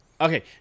Okay